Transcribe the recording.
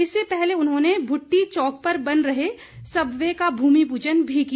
इससे पहले उन्होंने भूट्टी चौक पर बन रहे सब वे का भूमि पूजन भी किया